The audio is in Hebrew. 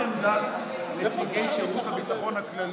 רק לדעת מי הכתיב.